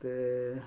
ಮತ್ತು